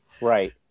Right